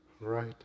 Right